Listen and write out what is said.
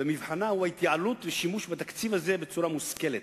ומבחנם הוא התייעלות ושימוש בתקציב בצורה מושכלת,